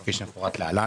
כפי שמפורט להלן: